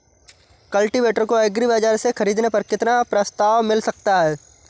Cultivator को agri बाजार से ख़रीदने पर कितना प्रस्ताव मिल सकता है?